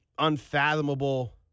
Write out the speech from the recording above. unfathomable